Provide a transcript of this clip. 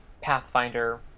Pathfinder